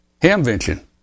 hamvention